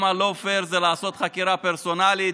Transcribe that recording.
וכמה לא פייר זה לעשות חקיקה פרסונלית,